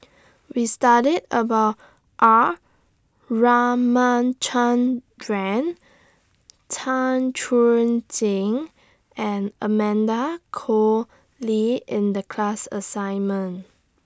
We studied about R Ramachandran Tan Chuan Jin and Amanda Koe Lee in The class assignment